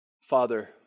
Father